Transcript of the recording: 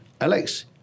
Alex